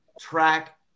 track